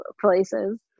places